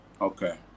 Okay